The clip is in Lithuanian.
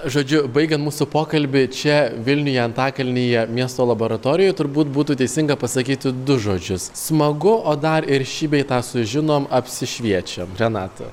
žodžiu baigiant mūsų pokalbį čia vilniuje antakalnyje miesto laboratorijoj turbūt būtų teisinga pasakyti du žodžius smagu o dar ir šį bei tą sužinom apsišviečiam renata